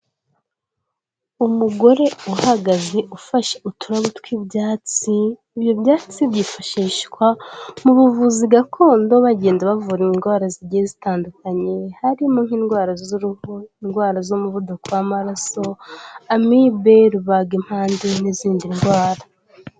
Umugore uhagaze ufashe uturabo tw'ibyatsi, ibyo byatsi byifashishwa mu buvuzi gakondo bagenda bavura indwara zigiye zitandukanye, harimo nk'indwara z'uruhu, indwara z'umuvuduko w'amaraso, amibe, rubaga impande n'izindi ndwara.